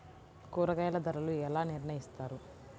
కూరగాయల ధరలు ఎలా నిర్ణయిస్తారు?